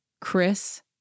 Chris